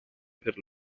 per